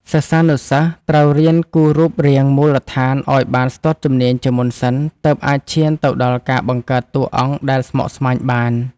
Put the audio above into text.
សិស្សានុសិស្សត្រូវរៀនគូររូបរាងមូលដ្ឋានឱ្យបានស្ទាត់ជំនាញជាមុនសិន ទើបអាចឈានទៅដល់ការបង្កើតតួអង្គដែលស្មុគស្មាញបាន។